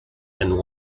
and